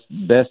best